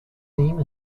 theme